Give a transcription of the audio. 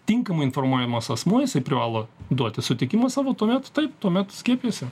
tinkamai informuojamas asmuo jisai privalo duoti sutikimą savo tuomet taip tuomet skiepijasi